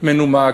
מנומק,